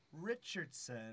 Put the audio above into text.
Richardson